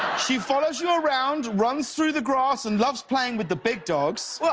she follows you around, runs through the grass and loves playing with the big dogs.